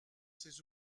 ces